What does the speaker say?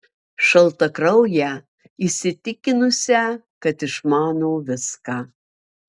šaltakrauję įsitikinusią kad išmano viską